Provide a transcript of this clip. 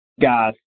guys